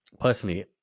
Personally